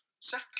Second